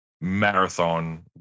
marathon